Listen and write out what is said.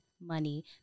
money